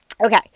Okay